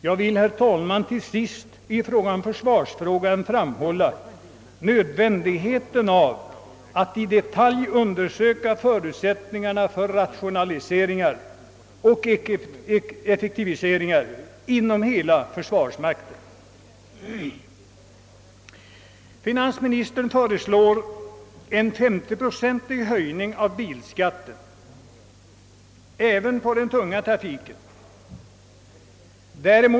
Jag vill, herr talman, till sist beträffande försvaret framhålla nödvändigheten av att i detalj undersöka förutsättningarna för rationaliseringår och effektiviseringar inom hela försvarsmakten. Finansministern föreslår en 50-procentig höjning av bilskatten, även för den tunga trafiken.